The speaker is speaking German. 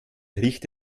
riecht